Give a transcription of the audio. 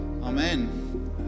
Amen